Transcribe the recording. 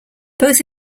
both